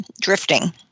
drifting